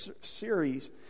series